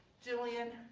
jillian,